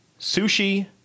sushi